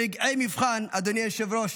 ברגעי מבחן, אדוני היושב-ראש,